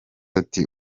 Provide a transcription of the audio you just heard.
ati